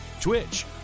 Twitch